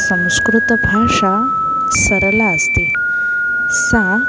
संस्कृतभाषा सरला अस्ति सा